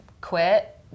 quit